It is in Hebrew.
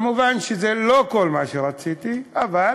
כמובן, זה לא כל מה שרציתי, אבל